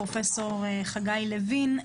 פרופ' חגי לוין,